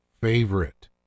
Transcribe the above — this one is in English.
favorite